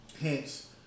Hence